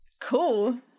Cool